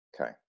okay